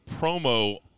promo